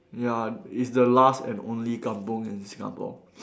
ya it's the last and only kampung in Singapore